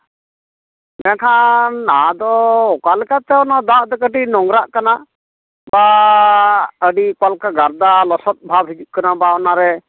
ᱢᱮᱱᱠᱷᱟᱱ ᱟᱫᱚ ᱚᱠᱟᱞᱮᱠᱟ ᱛᱮ ᱚᱱᱟ ᱫᱟᱜ ᱫᱚ ᱠᱟᱹᱴᱤᱡ ᱱᱚᱝᱨᱟᱜ ᱠᱟᱱᱟ ᱫᱟᱜ ᱚᱠᱟ ᱞᱮᱠᱟ ᱟᱹᱰᱤ ᱜᱟᱵᱫᱟ ᱞᱚᱥᱚᱫ ᱵᱷᱟᱵ ᱦᱤᱡᱩᱜ ᱠᱟᱱᱟ ᱚᱱᱟᱨᱮ